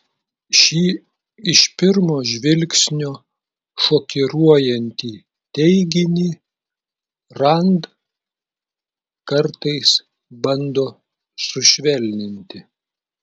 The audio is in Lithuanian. šį iš pirmo žvilgsnio šokiruojantį teiginį rand kartais bando sušvelninti